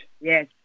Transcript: Yes